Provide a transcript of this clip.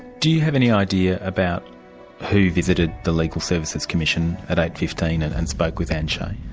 do you have any idea about who visited the legal services commission at eight. fifteen and and spoke with anne shea?